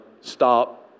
Stop